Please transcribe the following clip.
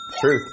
truth